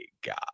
God